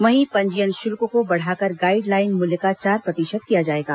वहीं पंजीयन शुल्क को बढ़ाकर गाइड लाइन मूल्य का चार प्रतिशत किया जाएगा